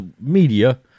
media